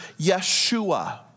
Yeshua